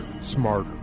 smarter